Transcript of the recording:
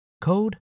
code